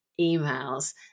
emails